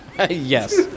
Yes